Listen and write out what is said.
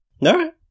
no